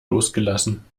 losgelassen